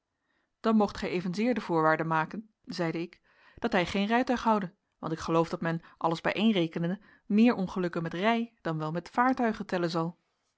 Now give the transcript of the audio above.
dan moogt gij evenzeer de voorwaarde maken zeide ik dat hij geen rijtuig houde want ik geloof dat men alles bijeenrekenende meer ongelukken met rij dan wel met vaartuigen tellen zal